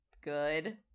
good